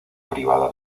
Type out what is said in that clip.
privada